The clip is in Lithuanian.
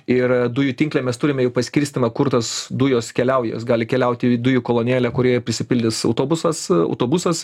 ir dujų tinkle mes turime jau paskirstymą kur tos dujos keliauja jos gali keliauti į dujų kolonėlę kurioje prisipildys autobusas autobusas